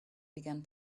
began